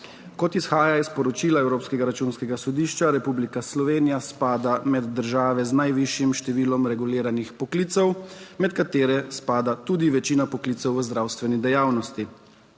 Kot izhaja iz poročila Evropskega računskega sodišča, Republika Slovenija spada med države z najvišjim številom reguliranih poklicev, med katere spada tudi večina poklicev v zdravstveni dejavnosti.